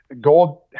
gold